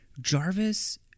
Jarvis